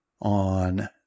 on